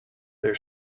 their